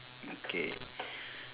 okay